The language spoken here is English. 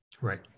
Right